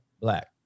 black